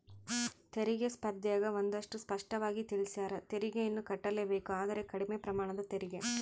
ತೆರಿಗೆ ಸ್ಪರ್ದ್ಯಗ ಒಂದಷ್ಟು ಸ್ಪಷ್ಟವಾಗಿ ತಿಳಿಸ್ಯಾರ, ತೆರಿಗೆಯನ್ನು ಕಟ್ಟಲೇಬೇಕು ಆದರೆ ಕಡಿಮೆ ಪ್ರಮಾಣದ ತೆರಿಗೆ